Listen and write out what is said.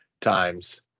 times